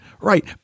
Right